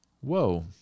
Whoa